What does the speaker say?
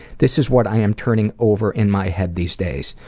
this is what i am turning over in my head these days.